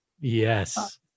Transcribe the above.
Yes